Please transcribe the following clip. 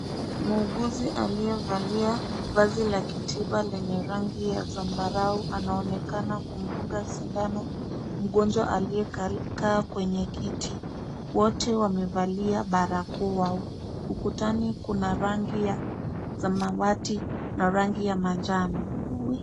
Muuguzi aliyevalia vazi la kitiba lenye rangi ya zambarau anaoenakana kumdunga sindano mgonjwa aliyekaa kwenye kiti. Wote wamevalia barakoa. Ukutani kuna rangi ya samawati na rangi ya manjano.